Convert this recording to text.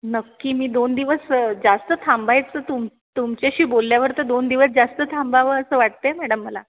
नक्की मी दोन दिवस जास्त थांबायच तुम तुमच्याशी बोल्ल्यावर तर दोन दिवस जास्त थांबाव अस वाटतय मॅडम मला